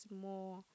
more